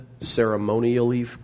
ceremonially